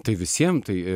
tai visiem tai